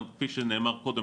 גם כפי שנאמר קודם,